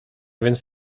więc